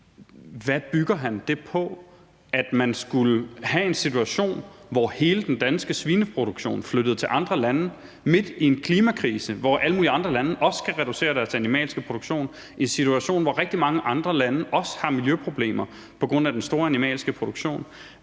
Hvad bygger han det på, altså at man skulle have en situation, hvor hele den danske svineproduktion flyttede til andre lande midt i en klimakrise, hvor alle mulige andre lande også skal reducere deres animalske produktion i en situation, hvor rigtig mange andre lande også har miljøproblemer på grund af den store animalske produktion?